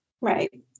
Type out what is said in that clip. Right